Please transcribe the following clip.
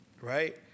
right